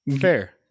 Fair